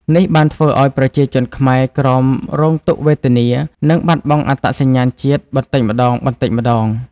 នេះបានធ្វើឱ្យប្រជាជនខ្មែរក្រោមរងទុក្ខវេទនា និងបាត់បង់អត្តសញ្ញាណជាតិបន្តិចម្ដងៗ។